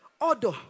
order